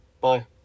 bye